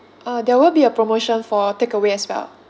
uh there will be a promotion for takeaway as well